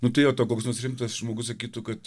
nu tai jo to koks nors rimtas žmogus sakytų kad